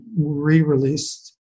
re-released